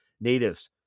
natives